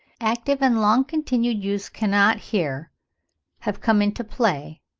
active and long-continued use cannot here have come into play,